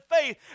faith